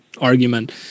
argument